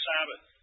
Sabbath